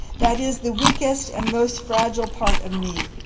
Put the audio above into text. that is, the weakest and most fragile part of me,